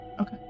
Okay